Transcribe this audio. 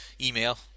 email